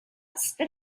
spit